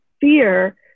fear